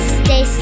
stay